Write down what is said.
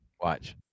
Watch